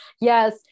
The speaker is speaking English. Yes